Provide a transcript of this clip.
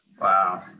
Wow